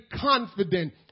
confident